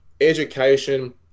education